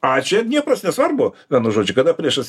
a čia dniepras nesvarbu vienu žodžiu kada priešas